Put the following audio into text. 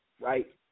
right